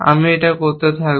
আমি এটা করতে থাকব